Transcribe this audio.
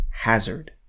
Hazard